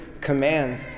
commands